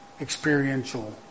experiential